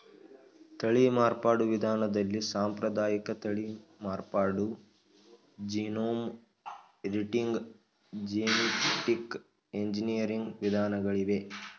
ತಳಿ ಮಾರ್ಪಾಡು ವಿಧಾನದಲ್ಲಿ ಸಾಂಪ್ರದಾಯಿಕ ತಳಿ ಮಾರ್ಪಾಡು, ಜೀನೋಮ್ ಎಡಿಟಿಂಗ್, ಜೆನಿಟಿಕ್ ಎಂಜಿನಿಯರಿಂಗ್ ವಿಧಾನಗಳಿವೆ